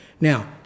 Now